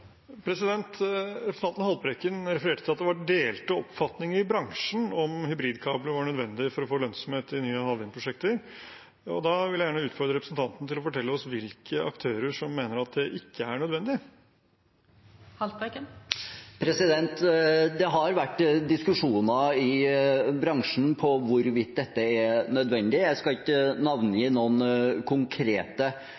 Representanten Haltbrekken refererte til at det er delte oppfatninger i bransjen om hybridkabler er nødvendig for å få lønnsomhet i havvindprosjekter. Da vil jeg gjerne utfordre representanten til å fortelle oss hvilke aktører som mener at det ikke er nødvendig. Det har vært diskusjoner i bransjen om hvorvidt dette er nødvendig. Jeg skal ikke navngi